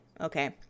okay